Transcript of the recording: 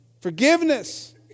Forgiveness